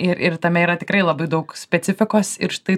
ir ir tame yra tikrai labai daug specifikos ir štai